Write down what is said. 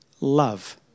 love